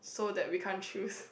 so that we can't choose